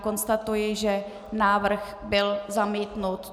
Konstatuji, že návrh byl zamítnut.